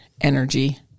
energy